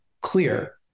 clear